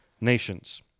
nations